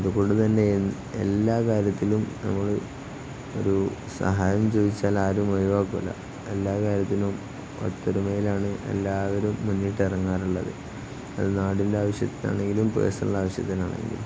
അതുകൊണ്ട് തന്നെ എല്ലാ കാര്യത്തിലും നമ്മളൊരു സഹായം ചോദിച്ചാൽ ആരും ഒഴിവാക്കില്ല എല്ലാ കാര്യത്തിനും ഒത്തൊരുമയിലാണ് എല്ലാവരും മുന്നിട്ടിറങ്ങാറുള്ളത് അത് നാടിൻ്റെ ആവശ്യത്തിനാണെങ്കിലും പേഴ്സണൽ ആവശ്യത്തിനാണെങ്കിലും